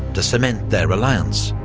to cement their alliance.